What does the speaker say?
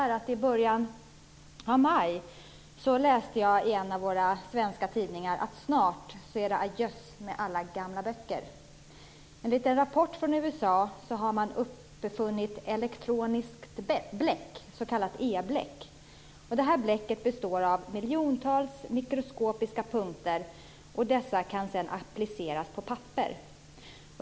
I början av maj läste jag i en av våra svenska tidningar att det snart är ajöss med alla gamla böcker. Enligt en rapport från USA har man uppfunnit elektroniskt bläck, s.k. e-bläck. Det bläcket består av miljontals mikroskopiska punkter, och dessa kan sedan appliceras på papper.